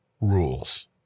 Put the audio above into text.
rules